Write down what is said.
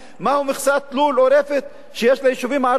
מה מכסת לול או רפת שיש ליישובים הערביים.